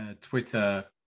Twitter